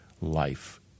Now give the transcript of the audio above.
life